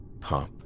pop